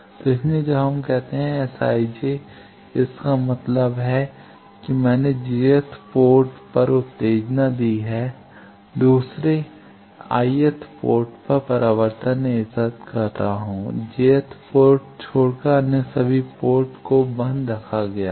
तो इसीलिए जब हम कहते हैं Sij का मतलब है कि मैंने jth पोर्ट पर उत्तेजना दी है दूसरी मैं i th पोर्ट पर परावर्तन एकत्र कर रहा हूं j th port को छोड़कर अन्य सभी पोर्ट को बंद रखा गया है